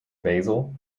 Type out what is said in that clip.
basil